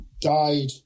died